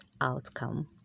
outcome